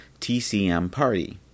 TCMParty